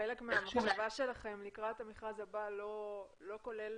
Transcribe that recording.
חלק מהמחשבה שלכם לקראת המכרז הבא לא כולל